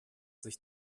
sich